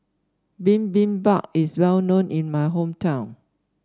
bibimbap is well known in my hometown